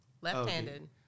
Left-handed